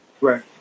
Right